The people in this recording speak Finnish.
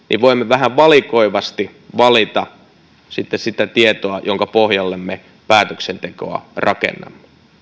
voimme vähän valikoivasti valita sitä tietoa jonka pohjalle me päätöksentekoa rakennamme